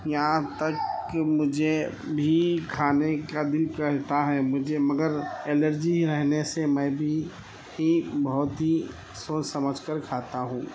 یہاں تک کہ مجھے بھی کھانے کا دل کہتا ہے مجھے مگر الرجی رہنے سے میں بھی ہی بہت ہی سوچ سمجھ کر کھاتا ہوں